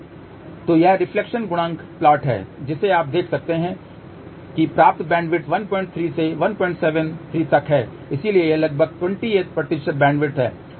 तो यह रिफ्लेक्शन गुणांक प्लाट है जिसे आप देख सकते हैं कि प्राप्त बैंडविड्थ 13 से 173 तक है इसलिए यह लगभग 28 बैंडविड्थ है